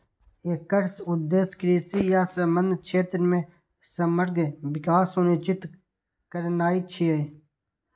एकर उद्देश्य कृषि आ संबद्ध क्षेत्र मे समग्र विकास सुनिश्चित करनाय छियै